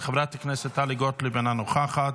חברת הכנסת טלי גוטליב, אינה נוכחת,